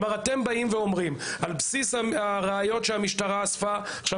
אתם באים ואומרים על בסיס הראיות שהמשטרה אספה -- עכשיו